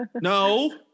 no